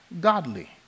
godly